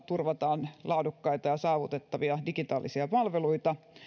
turvataan laadukkaita ja saavutettavia digitaalisia palveluita